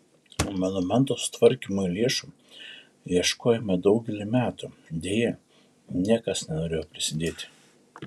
monumento sutvarkymui lėšų ieškojome daugelį metų deja niekas nenorėjo prisidėti